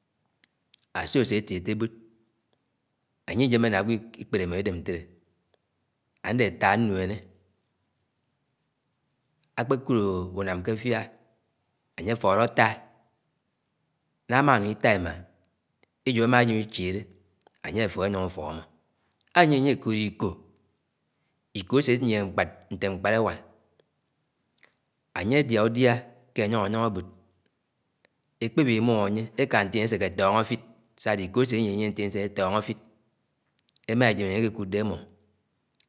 . Ásó ásétiente ébót añye ýém̃e na agwo ikpélé imó idẽm ñtelẽ añdé átá nnueñe, akpékat uñãm ke afia ánye áfọlọ ata. Idatlia ámá áchidé añye áféhé anyoñg ufọk ámó Ányie añye ékóró ikọọ ikọọ asé ányieñe mkpád ñté muifád éwà añye àdià udià kc ányoñg añyõng ábõd, ekpéwinimúm añye eka ñkie añye sékéátõñgo afid, sááde ikọọ ase nýie-ñyie ñtie nte añye átõñg̱ọ áfid émá e̱jem anye ékekúdé émum